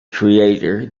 creator